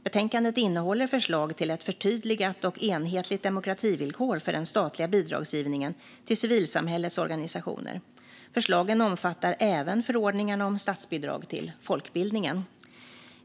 Betänkandet innehåller förslag till ett förtydligat och enhetligt demokrativillkor för den statliga bidragsgivningen till civilsamhällets organisationer. Förslagen omfattar även förordningarna om statsbidrag till folkbildningen.